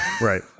Right